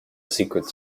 secrets